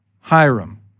Hiram